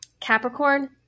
Capricorn